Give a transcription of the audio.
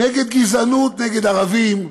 נגד גזענות כלפי ערבים,